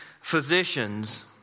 physicians